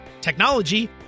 technology